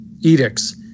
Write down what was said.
edicts